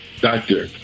doctor